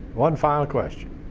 one final question.